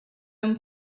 own